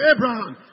Abraham